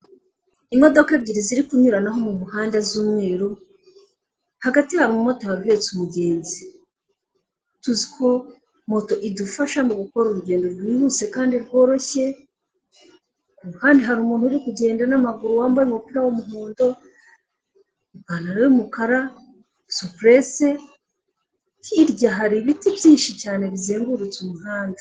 Imodoka ebyiri zirimo kunyuranao mu muhanda z'umweru, hagati hari umumotari uhetse umugenzi, tuziko moto idufasha mu gukora urugendo rwihuse kandi rworoshye, ahandi hari umuntu uri kugenda n'amaguru wambaye umupira w'umuhondo, ipantaro y'umukara, supresse; hirya hari ibiti byinshi cyane bizengurutse umuhanda.